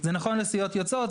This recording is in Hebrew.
זה נכון לסיעות יוצאות,